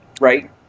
Right